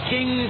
King